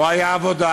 הוא היה עבודה,